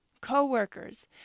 co-workers